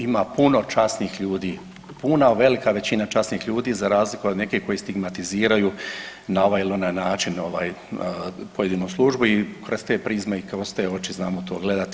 Ima puno časnih ljudi, puno, velika većina časnih ljudi za razliku od nekih koji stigmatiziraju na ovaj ili onaj način pojedinu službu i kroz te prizme i kroz te oči znamo to gledati.